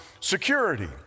security